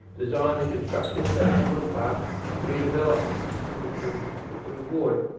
design and construction of the hanlon park redevelopment in in coorparoo ward.